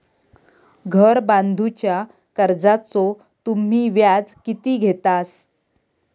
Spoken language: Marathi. घर बांधूच्या कर्जाचो तुम्ही व्याज किती घेतास?